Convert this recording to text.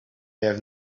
have